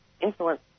influence